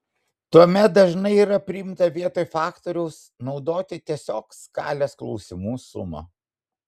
tuomet dažnai yra priimta vietoj faktoriaus naudoti tiesiog skalės klausimų sumą